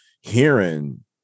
hearing